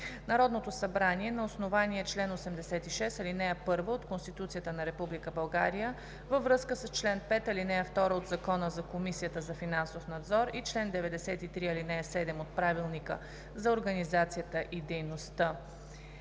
Народното събрание на основание чл. 86, ал. 1 от Конституцията на Република България във връзка с чл. 5, ал. 2 от Закона за Комисията за финансов надзор и чл. 93, ал. 7 от Правилника за организацията и дейността